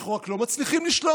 אנחנו רק לא מצליחים לשלוט,